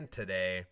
today